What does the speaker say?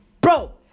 Bro